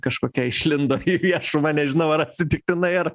kažkokia išlindo į viešumą nežinau ar atsitiktinai ar